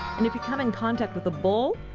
and if you come in contact with a bull.